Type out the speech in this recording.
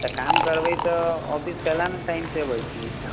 तऽ काम करबै तऽ ऑफिस काहे लए नहि टाइमसँ अबै छी